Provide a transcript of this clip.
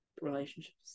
relationships